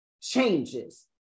changes